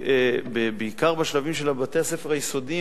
בעיקר בשלבים של בתי-הספר היסודיים,